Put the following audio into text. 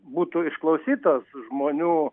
būtų išklausytos žmonių